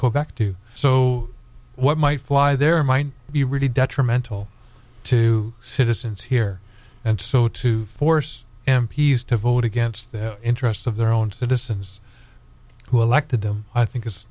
quebec too so what might fly there might be really detrimental to citizens here and so to force m p s to vote against the interests of their own citizens who elected them i think it's